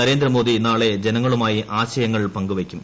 നരേന്ദ്രമോദി നാളെ ജനങ്ങളുമായി ആശയങ്ങൾ പങ്കുവയ്ക്കും